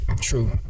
True